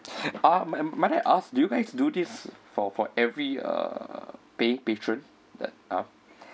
ah might might I ask do you guys do this for for every uh paying patron that are